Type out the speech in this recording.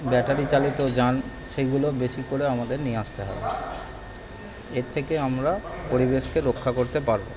battery চালিত যান সেগুলো বেশি করে আমাদের নিয়ে আসতে হবে এর থেকে আমরা পরিবেশকে রক্ষা করতে পারব